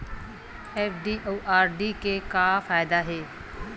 FD अउ RD के का फायदा हे?